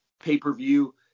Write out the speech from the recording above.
pay-per-view